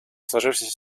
сложившейся